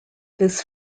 this